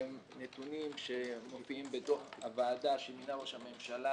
נתונים שמופיעים בדוח הוועדה שמינה ראש הממשלה